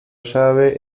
sabe